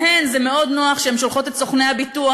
להן זה מאוד נוח שהן שולחות את סוכני הביטוח